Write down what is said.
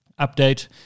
update